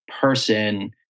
person